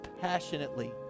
passionately